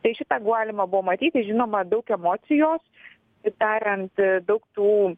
tai šitą galima buvo matyti žinoma daug emocijos kitaip tariant daug tų